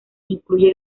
incluye